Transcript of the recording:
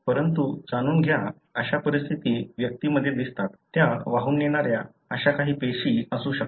परंतु जाणून घ्या अशा परिस्थिती व्यक्तींमध्ये दिसतात त्या वाहून नेणाऱ्या अशा काही पेशी असू शकतात